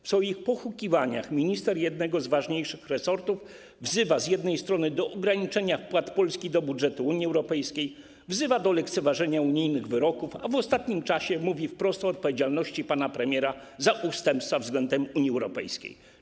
Po ich pohukiwaniach minister jednego z ważniejszych resortów wzywa z jednej strony do ograniczenia wpłat Polski do budżetu Unii Europejskiej, wzywa do lekceważenia unijnych wyroków, a w ostatnim czasie wprost mówi o odpowiedzialności pana premiera za ustępstwa względem Unii Europejskiej.